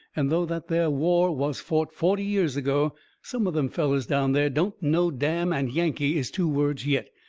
and though that there war was fought forty years ago some of them fellers down there don't know damn and yankee is two words yet.